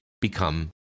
become